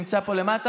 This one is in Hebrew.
שנמצא פה למטה.